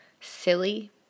silly